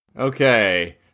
Okay